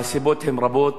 והסיבות הן רבות.